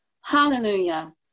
Hallelujah